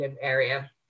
area